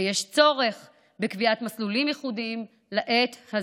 ויש צורך בקביעת מסלולים ייחודיים לעת הזאת.